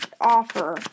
offer